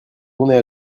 tournez